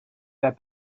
that